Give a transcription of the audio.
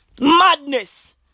madness